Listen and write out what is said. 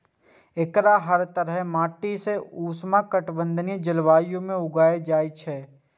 एकरा हर तरहक माटि आ उष्णकटिबंधीय जलवायु मे उगायल जाए छै